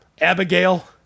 Abigail